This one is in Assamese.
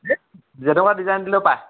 এই ডিজাইন দিলেও পায়